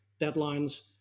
deadlines